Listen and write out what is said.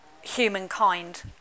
humankind